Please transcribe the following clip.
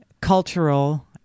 cultural